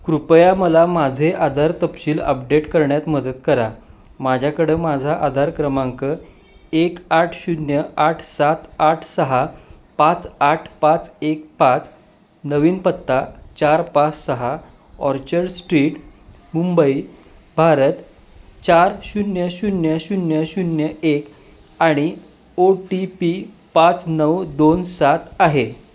कृपया मला माझे आधार तपशील अपडेट करण्यात मदत करा माझ्याकडं माझा आधार क्रमांक एक आठ शून्य आठ सात आठ सहा पाच आठ पाच एक पाच नवीन पत्ता चार पाच सहा ऑर्चर्ड स्ट्रीट मुंबई भारत चार शून्य शून्य शून्य शून्य एक आणि ओ टी पी पाच नऊ दोन सात आहे